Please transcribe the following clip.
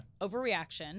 overreaction